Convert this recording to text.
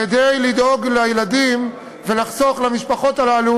כדי לדאוג לילדים ולחסוך למשפחות הללו